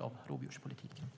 av rovdjurspolitiken.